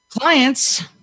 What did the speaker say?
Clients